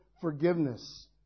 forgiveness